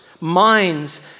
minds